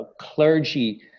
Clergy